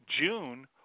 June